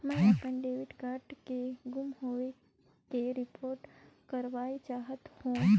मैं अपन debit card के गुम होवे के रिपोर्ट करा चाहत हों